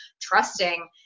trusting